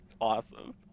awesome